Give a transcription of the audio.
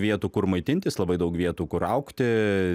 vietų kur maitintis labai daug vietų kur augti